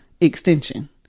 extension